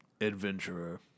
adventurer